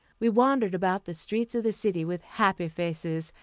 we wandered about the streets of the city with happy faces,